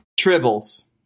Tribbles